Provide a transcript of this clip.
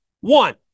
One